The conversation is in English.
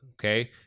okay